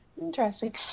Interesting